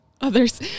others